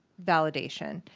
validation.